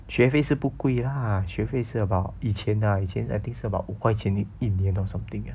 学费是不贵 lah 学费是 about 以前 lah 以前是 about 五块钱一年 or something